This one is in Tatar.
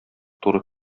туры